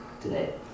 today